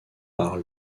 par